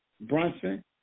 Brunson